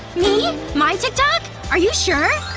me? my tik tok? are you sure?